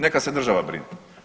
Neka se država brine.